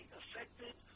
affected